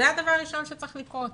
זה הדבר הראשון שצריך לקרות.